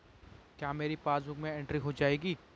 क्या मेरी पासबुक में एंट्री हो जाएगी?